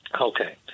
Okay